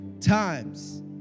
times